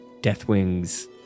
Deathwing's